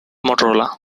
motorola